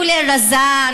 כולל רזאן,